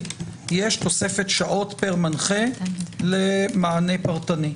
יש תוספת שעות פר מנחה למענה פרטני?